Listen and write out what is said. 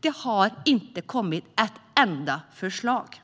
det har inte kommit ett enda förslag.